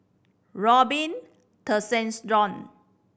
Robin Tessensohn